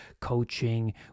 coaching